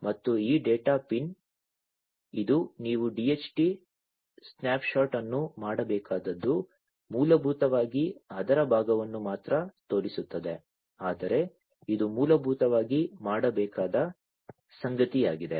ಮತ್ತು ಈ data pin ಇದು ನೀವು DHT ಸ್ನ್ಯಾಪ್ಶಾಟ್ ಅನ್ನು ಮಾಡಬೇಕಾದದ್ದು ಮೂಲಭೂತವಾಗಿ ಅದರ ಭಾಗವನ್ನು ಮಾತ್ರ ತೋರಿಸುತ್ತದೆ ಆದರೆ ಇದು ಮೂಲಭೂತವಾಗಿ ಮಾಡಬೇಕಾದ ಸಂಗತಿಯಾಗಿದೆ